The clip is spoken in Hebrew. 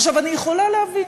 עכשיו, אני יכולה להבין